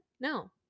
No